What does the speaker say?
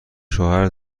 شوهر